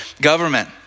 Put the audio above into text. government